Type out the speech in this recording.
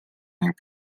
ning